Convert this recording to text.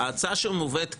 ההצעה שמובאת כאן,